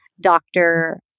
doctor